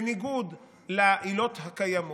בניגוד לעילות הקיימות: